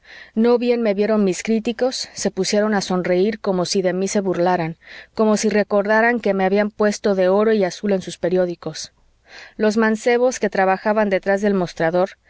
no bien me vieron mis críticos se pusieron a sonreir como si de mí se burlaran como si recordaran que me habían puesto de oro y azul en sus periódicos los mancebos que trabajaban detrás del mostrador